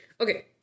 Okay